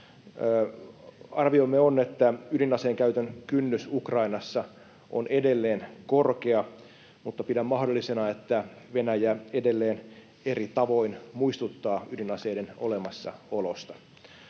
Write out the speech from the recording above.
Arviomme on, että ydinaseen käytön kynnys Ukrainassa on edelleen korkea, mutta pidän mahdollisena, että Venäjä edelleen eri tavoin muistuttaa ydinaseiden olemassaolosta.